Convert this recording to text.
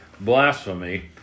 blasphemy